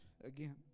again